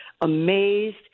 amazed